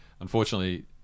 unfortunately